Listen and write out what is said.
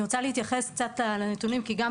אני רוצה להתייחס קצת לנתונים כי גם